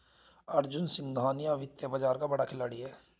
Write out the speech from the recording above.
अर्जुन सिंघानिया वित्तीय बाजार का बड़ा खिलाड़ी है